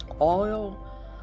oil